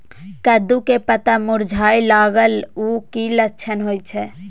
कद्दू के पत्ता मुरझाय लागल उ कि लक्षण होय छै?